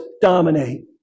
dominate